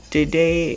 Today